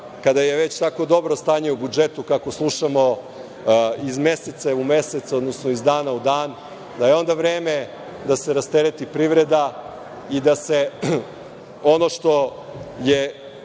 kada je već tako dobro stanje u budžetu kako slušamo iz meseca u mesec, odnosno iz dana u dan, da je onda vreme da se rastereti privreda i da se ono što je